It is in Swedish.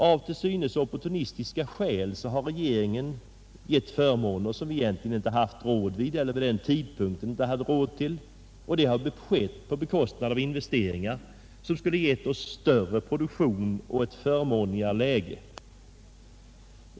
Av till synes opportunistiska skäl har regeringen givit förmåner, som vi egentligen inte har haft råd med vid den tidpunkt då de gavs, och det har skett på bekostnad av investeringar som skulle ha givit oss större produktion och ett förmånligare läge.